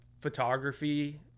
photography